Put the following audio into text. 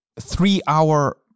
three-hour